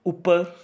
ਉੱਪਰ